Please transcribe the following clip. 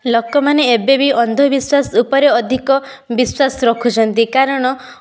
ଲୋକମାନେ ଏବେ ବି ଅନ୍ଧବିଶ୍ୱାସ ଉପରେ ଅଧିକ ବିଶ୍ୱାସ ରଖୁଛନ୍ତି କାରଣ